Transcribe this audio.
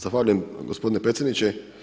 Zahvaljujem gospodine predsjedniče.